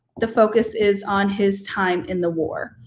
the focus is on his time in the war.